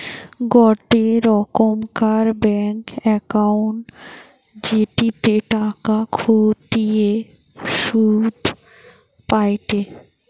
গোটে রোকমকার bank account জেটিতে টাকা খতিয়ে শুধ পায়টে